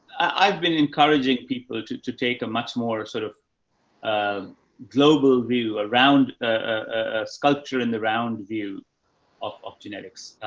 i've been encouraging people to to take a much more sort of a global view around a sculpture in the round view of, of genetics.